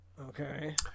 Okay